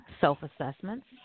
self-assessments